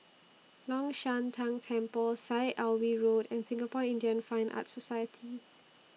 Long Shan Tang Temple Syed Alwi Road and Singapore Indian Fine Arts Society